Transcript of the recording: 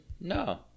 No